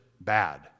bad